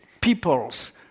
peoples